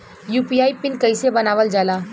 UPI PIN कइसे बनावल जाला?